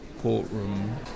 courtroom